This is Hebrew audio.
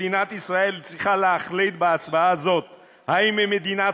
מדינת ישראל צריכה להחליט בהצבעה הזאת אם היא מדינת